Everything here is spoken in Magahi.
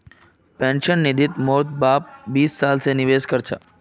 पेंशन निधित मोर बाप बीस साल स निवेश कर छ